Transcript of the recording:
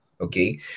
Okay